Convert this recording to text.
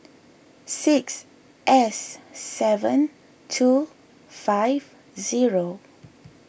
six S seven two five zero